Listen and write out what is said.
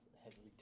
heavily